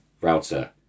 Router